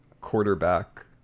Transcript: quarterback